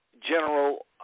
general